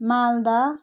Malda